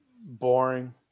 boring